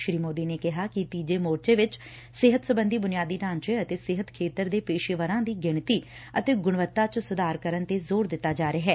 ਸ੍ਰੀ ਮੋਦੀ ਨੇ ਕਿਹਾ ਕਿ ਤੀਜੇ ਮੋਰਚੇ ਵਿਚ ਸਿਹਤ ਸਬੰਧੀ ਬੁਨਿਆਦੀ ਢਾਂਚੇ ਅਤੇ ਸਿਹਤ ਖੇਤਰ ਦੇ ਪੇਸ਼ੇਵਰਾਂ ਦੀ ਗਿਣਤੀ ਅਤੇ ਗੁਣਵੱਤਾ ਚ ਸੁਧਾਰ ਕਰਨ ਤੇ ਜ਼ੋਰ ਦਿੱਤਾ ਜਾ ਰਿਹੈ